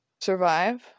survive